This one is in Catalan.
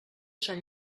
sant